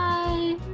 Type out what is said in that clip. Bye